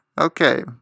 Okay